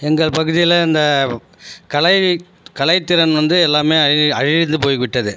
எங்கள் பகுதியில் இந்த கலை கலைத்திறன் வந்து எல்லாமே அழி அழிந்து போயிவிட்டது